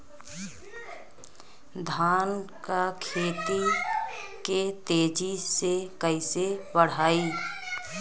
धान क खेती के तेजी से कइसे बढ़ाई?